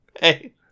Hey